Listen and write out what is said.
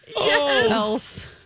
else